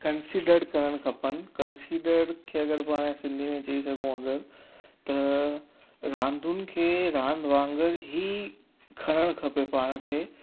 considered करण खपेनि consider खे पाणि अगरि सिंधी में चई सघूं त रांदियुनि खे रांदि वांगुर ई खणणु खपे पाण खे